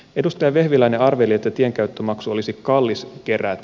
edustaja vehviläinen arveli että tienkäyttömaksu olisi kallis kerätä